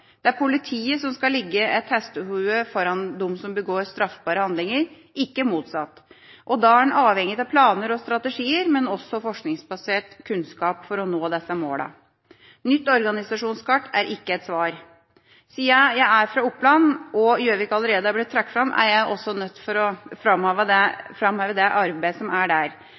Det er de som skal ligge et hestehode foran dem som begår straffbare handlinger, ikke motsatt, og da er en avhengig av planer og strategier, men også forskningsbasert kunnskap for å nå disse målene. Nytt organisasjonskart er ikke et svar. Siden jeg er fra Oppland, og Gjøvik allerede er blitt trukket fram, er jeg også nødt til å framheve det arbeidet som er der.